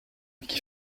qui